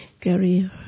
carry